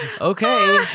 Okay